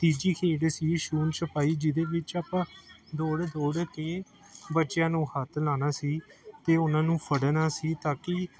ਤੀਜੀ ਖੇਡ ਸੀ ਛੂਹਣ ਸਿਪਾਹੀ ਜਿਹਦੇ ਵਿੱਚ ਆਪਾਂ ਦੌੜ ਦੌੜ ਕੇ ਬੱਚਿਆਂ ਨੂੰ ਹੱਥ ਲਾਉਣਾ ਸੀ ਅਤੇ ਉਹਨਾਂ ਨੂੰ ਫੜਨਾ ਸੀ ਤਾਂ ਕਿ